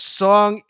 song